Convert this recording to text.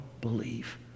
believe